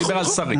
הוא דיבר על שרים.